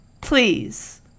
Please